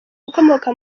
ukomoka